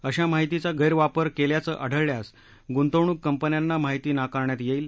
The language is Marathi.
अशा माहितीचा गैरवापर केल्याचं आढळल्यास गुंतवणूक कंपन्यांना माहिती नाकारण्यात येईल